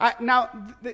Now